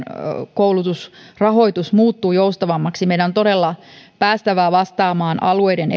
koulutusrahoituksemme muuttuu joustavammaksi meidän on todella päästävä vastaamaan alueiden